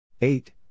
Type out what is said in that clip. Eight